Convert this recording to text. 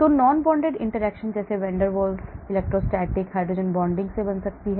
तो non bonded interactions van der Waals electrostatic और hydrogen bonding से बन सकती है